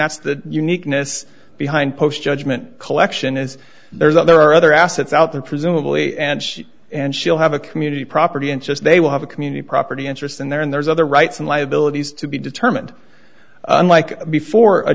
that's the uniqueness behind post judgment collection as there's other other assets out there presumably and she and she'll have a community property and just they will have a community property interest and then there's other rights and liabilities to be determined unlike before a